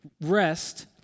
rest